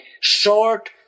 short